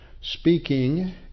speaking